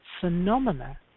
phenomena